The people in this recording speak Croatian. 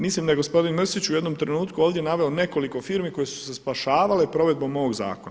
Mislim da je gospodin Mrsić u jednom trenutku ovdje naveo nekoliko firmi koje su se spašavale provedbom ovog zakona.